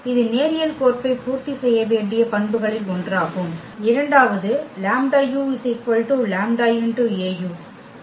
இது நேரியல் கோர்ப்பை பூர்த்தி செய்ய வேண்டிய பண்புகளில் ஒன்றாகும் இரண்டாவது λu λ Au